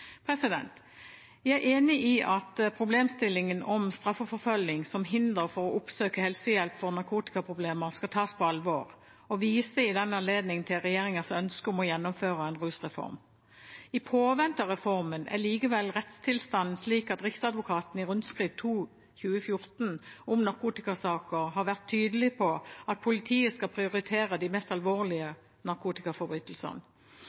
er enig i at problemstillingen om straffeforfølging som hinder for å oppsøke helsehjelp for narkotikaproblemer skal tas på alvor, og viser i den anledning til regjeringens ønske om å gjennomføre en rusreform. I påvente av reformen er likevel rettstilstanden slik at Riksadvokaten i rundskriv 2/2014 om narkotikasaker har vært tydelig på at politiet skal prioritere de mest